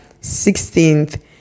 sixteenth